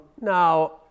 Now